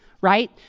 right